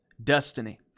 destiny